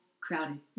crowded